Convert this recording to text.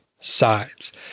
sides